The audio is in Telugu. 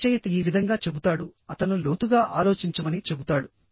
రచయిత ఈ విధంగా చెబుతాడు అతను లోతుగా ఆలోచించమని చెబుతాడు